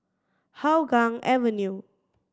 Hougang Avenue